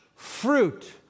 Fruit